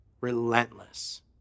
relentless